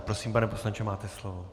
Prosím, pane poslanče, máte slovo.